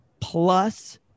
plus